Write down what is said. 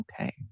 Okay